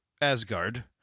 Asgard